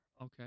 Okay